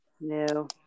no